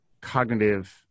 cognitive